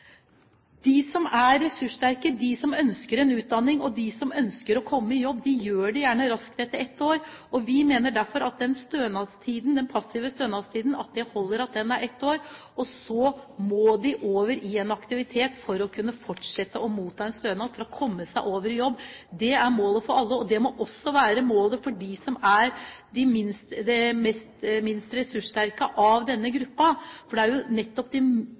de som ikke setter i gang tidlig. De som er ressurssterke, de som ønsker en utdanning, og de som ønsker å komme i jobb, gjør det gjerne raskt, etter ett år. Vi mener derfor at det holder at den passive stønadstiden er ett år. Så må de, for å kunne fortsette å motta en stønad, over i en aktivitet for å komme seg over i jobb. Det er målet for alle, og det må også være målet for dem som er de minst ressurssterke i denne gruppa. For det er jo nettopp de